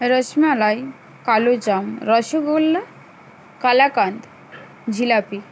rasmalai kalojam rasgulla kalakand jalebi